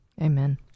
Amen